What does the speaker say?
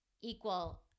equal